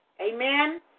Amen